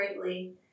greatly